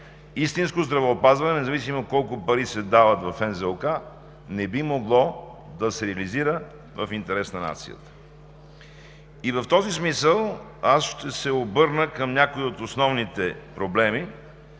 истинско здравеопазване, независимо колко пари се дават в НЗОК, не би могло да се реализира в интерес на нацията. В този смисъл аз ще се обърна към някои от основните проблеми